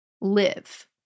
live